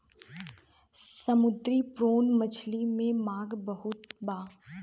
समुंदरी प्रोन मछली के मांग बहुत बा